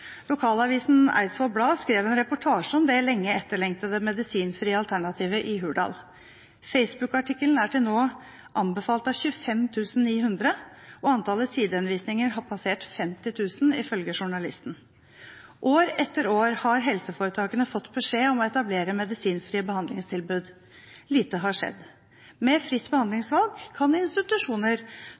Lokalavisen Eidsvoll Ullensaker Blad skrev en reportasje om det lenge etterlengtede, medisinfrie alternativet i Hurdal. Facebook-artikkelen er til nå anbefalt av 25 900, og antallet sidehenvisninger har ifølge journalisten passert 50 000. År etter år har helseforetakene fått beskjed om å etablere medisinfrie behandlingstilbud. Lite har skjedd. Med fritt behandlingsvalg kan institusjoner